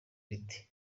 rite